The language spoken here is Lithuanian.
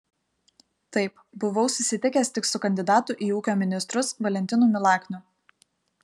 taip buvau susitikęs tik su kandidatu į ūkio ministrus valentinu milakniu